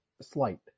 slight